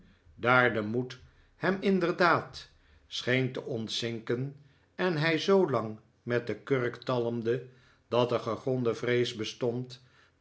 daar de rhoed hem inderdaad scheen te ontzinken en hij zoolang met de kurk talmde dat er gegronde vrees bestond